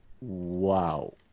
wow